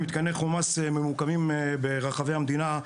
מתקני חומ"ס ממוקמים ברחבי המדינה,